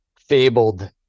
fabled